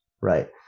right